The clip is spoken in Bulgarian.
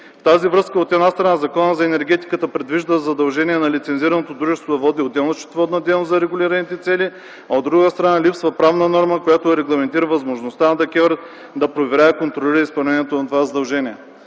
тази връзка, от една страна, Законът за енергетиката предвижда задължение на лицензираното дружество да води отделна счетоводна дейност за регулираните цени, а, от друга страна, липсва правна норма, която да регламентира възможността на ДКЕВР да проверява и контролира изпълнението на това задължение.